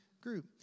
group